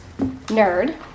nerd